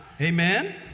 Amen